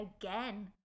again